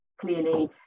clearly